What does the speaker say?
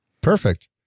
Perfect